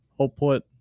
output